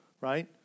right